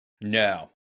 No